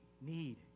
need